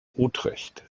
utrecht